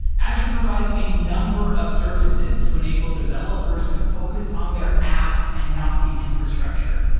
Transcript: azure provides a number of services to enable developers to focus on their apps and not the infrastructure.